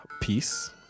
Peace